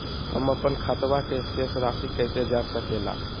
हमर अपन खाता के शेष रासि कैसे जान सके ला?